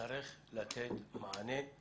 נצטרך לתת מענה.